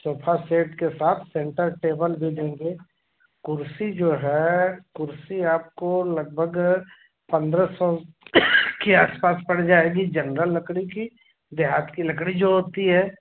sofa set के साथ centre table भी देंगे कुर्सी जो है कुर्सी आपको लगभग पंद्रह सौ के आस पास में पड़ जाएगी जनरल लकड़ी की देहात की लकड़ी जो होती है